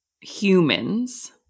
humans